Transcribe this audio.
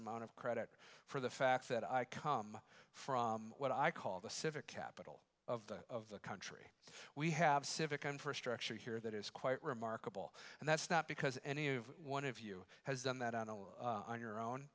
amount of credit for the fact that i come from what i call the civic capital of the of the country we have civic infrastructure here that is quite remarkable and that's not because any of one of you has done that on no on your own